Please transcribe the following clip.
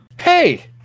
Hey